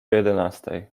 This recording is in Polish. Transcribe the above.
jedenastej